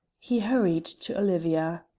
he hurried to olivia.